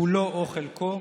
כולו או חלקו,